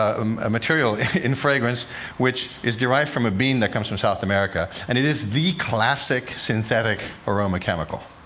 um a material, in fragrance which is derived from a bean that comes from south america. and it is the classic synthetic aroma chemical,